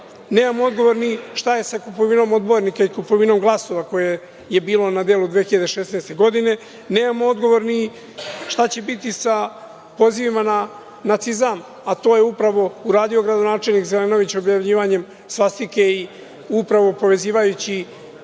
nemamo dogovor ni šta je sa kupovinom odbornika i kupovinom glasova koje je bilo na delu 2016. godine. Nemamo odgovor ni šta će biti sa pozivima na nacizam, a to je upravo uradio gradonačelnik Zelenović, objavljivanjem svastike i upravo povezivajući